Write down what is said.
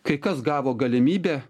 kai kas gavo galimybę